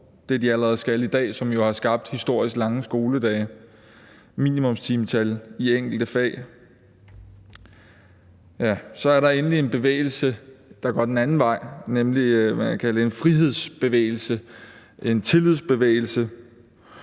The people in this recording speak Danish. det, de allerede skal i dag, som jo har skabt historisk lange skoledage og minimumstimetal i enkelte fag. Nu er der endelig en bevægelse, der går den anden vej. Man kan kalde det en frihedsbevægelse, en tillidsbevægelse,